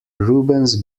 rubens